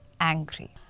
angry